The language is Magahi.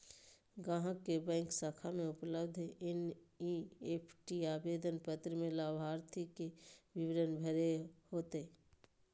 ग्राहक के बैंक शाखा में उपलब्ध एन.ई.एफ.टी आवेदन पत्र में लाभार्थी के विवरण भरे होतय